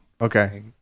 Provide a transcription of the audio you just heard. okay